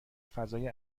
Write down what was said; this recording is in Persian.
فضای